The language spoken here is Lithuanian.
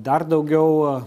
dar daugiau